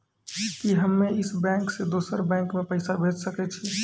कि हम्मे इस बैंक सें दोसर बैंक मे पैसा भेज सकै छी?